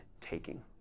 taking